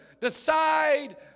decide